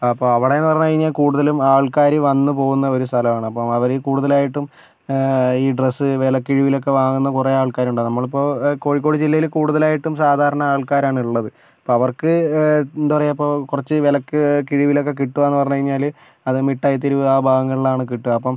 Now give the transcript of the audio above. അപ്പോൾ അവിടെ പറഞ്ഞുകഴിഞ്ഞാൽ കുടുതലും ആൾക്കാര് വന്നുപോവുന്ന ഒരു സ്ഥലമാണ് അപ്പോൾ അവര് കുടുതലായിട്ടും ഈ ഡ്രസ്സ് വിലക്കിഴിവിലൊക്കെ വാങ്ങുന്ന കുറെ ആൾക്കാരുണ്ട് നമ്മളിപ്പോൾ കോഴിക്കോട് ജില്ലയിൽ കുടുതലായിട്ടും സാധരണ ആൾക്കാരാണ് ഉള്ളത് അവർക്ക് എന്താ പറയുക കുറച്ച് വിലക്കിഴിവിലൊക്കെ കിട്ടുക പറഞ്ഞുകഴിഞ്ഞാല് അത് മിഠായി തെരുവ് ആ ഭാഗങ്ങളിലാണ് കിട്ടുക അപ്പം